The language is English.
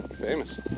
Famous